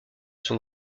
son